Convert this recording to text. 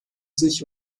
sich